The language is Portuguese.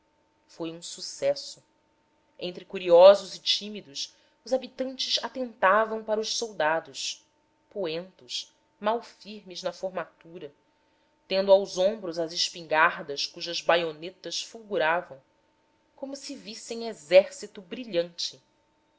foi um sucesso entre curiosos e tímidos os habitantes atentavam para os soldados poentos malfirmes na formatura tendo aos ombros as espingardas cujas baionetas fulguravam como se vissem exército brilhante